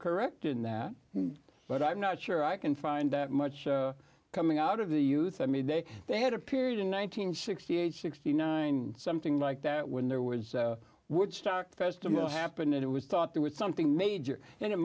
correct in that but i'm not sure i can find that much coming out of the youth i mean they they had a period in one nine hundred sixty eight sixty nine something like that when there was woodstock festival happened and it was thought there was something major and it